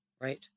right